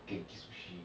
genki sushi